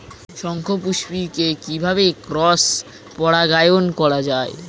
শঙ্খপুষ্পী কে কিভাবে ক্রস পরাগায়ন করা যায়?